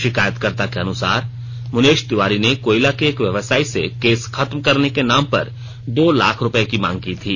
शिकायतकर्ता के अनुसार मुनेश तिवारी ने कोयला के एक व्यवसायी से केस खत्म करने के नाम पर दो लाख रूपये की मांग की थी